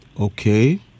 Okay